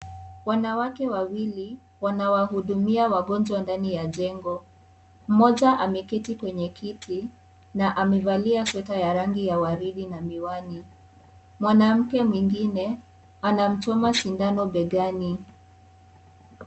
Wanawake wawili wanawahudumia wagonjwa ndani ya jengo. Mmoja ameketi kwenye kiti na amevalia sweta ya waridi na miwani. Mwanamke mwingine anamchoma sindano begani.